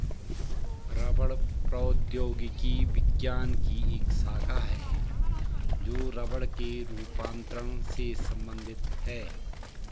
रबड़ प्रौद्योगिकी विज्ञान की एक शाखा है जो रबड़ के रूपांतरण से संबंधित है